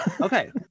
Okay